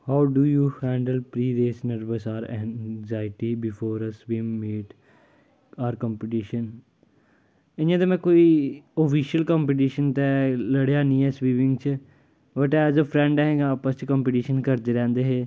how do you handle personal anxiety before swim it or competition इ'यां ते में कोई आफिशयल कंपीटिशन ते लड़ेआ निं ऐ स्विमिंग च बट ऐज ए फ्रैंड असीं आपस च कंपीटिशन करदे रैंह्दे हे